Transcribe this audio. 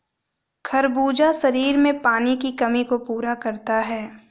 खरबूजा शरीर में पानी की कमी को पूरा करता है